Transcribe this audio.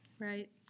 right